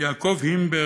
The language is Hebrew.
יעקב היימברג,